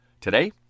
Today